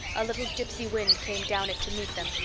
a little gypsy wind came down it to meet them,